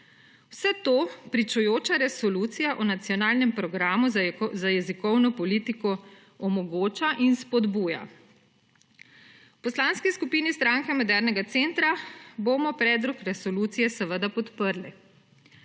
Vse to pričujoča resolucija o nacionalnem programu za jezikovno politiko omogoča in spodbuja. V Poslanski skupini Stranke Modernega centra bomo predlog resolucije seveda podprli.